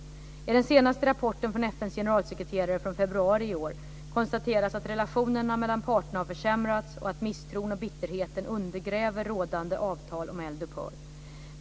I den senaste rapporten från FN:s generalsekreterare från februari i år konstateras att relationerna mellan parterna har försämrats och att misstron och bitterheten undergräver rådande avtal om eldupphör.